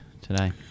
today